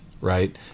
right